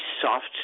soft